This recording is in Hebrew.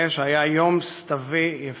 1995, היה יום סתווי יפהפה.